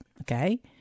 Okay